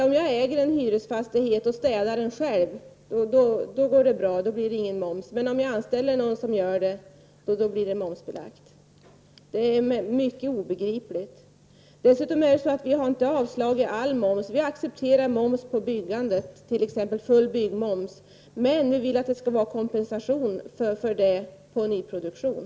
Om jag äger en hyresfastighet och städar den själv, blir det ingen moms. Men om jag anställer någon att göra det blir det momsbelagt. Det är obegripligt. Dessutom har vi inte avvisat all moms. Vi accepterar moms på byggandet. Men vi vill att det skall vara kompensation för det i nyproduktion.